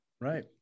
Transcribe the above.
Right